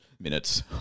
minutes